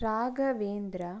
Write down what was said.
Raghavendra